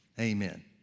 amen